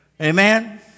Amen